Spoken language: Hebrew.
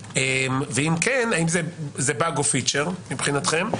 ואם כן האם זה באג או פיצ'ר מבחינתכם,